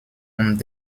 und